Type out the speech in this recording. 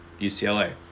UCLA